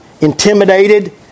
intimidated